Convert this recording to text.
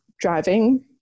driving